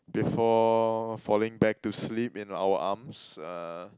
before falling back to sleep in our arms uh